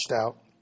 out